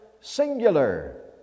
singular